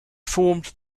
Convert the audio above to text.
formed